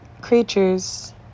creatures